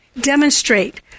demonstrate